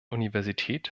universität